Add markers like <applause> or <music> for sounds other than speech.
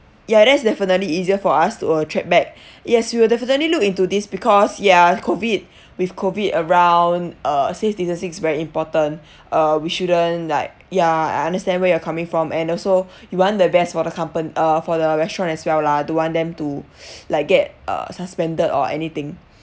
ya that's definitely easier for us to uh track back yes we will definitely look into this because ya COVID with COVID around uh safe distancing is very important uh we shouldn't like ya I understand where you're coming from and also you want the best for the compa~ uh for the restaurant as well lah don't want them to <breath> like get uh suspended or anything